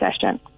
session